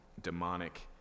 demonic